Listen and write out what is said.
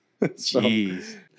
jeez